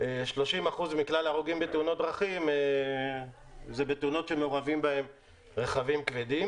30% מכלל ההרוגים בתאונות דרכים זה בתאונות שמעורבים בהן רכבים כבדים,